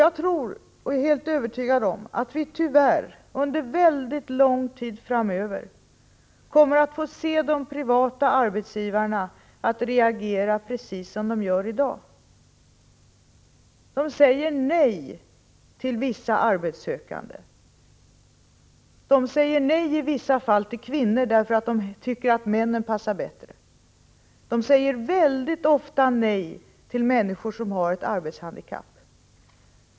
Jag är helt övertygad om att vi tyvärr under mycket lång tid framöver kommer att få se de privata arbetsgivarna reagera precis som de gör i dag, dvs. säga nej till vissa arbetssökande. De säger i vissa fall nej till kvinnor, därför att de tycker att männen passar bättre. De säger väldigt ofta nej till människor som har ett arbetshandikapp.